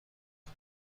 بچم